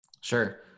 sure